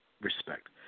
respect